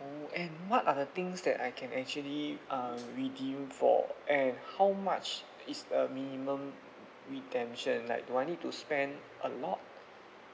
oh and what are the things that I can actually uh redeem for and how much is the minimum redemption like do I need to spend a lot